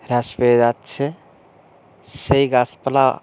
হ্রাস পেয়ে যাচ্ছে সেই গাছপালা